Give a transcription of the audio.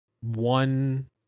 One